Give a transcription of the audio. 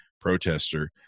protester